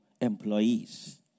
employees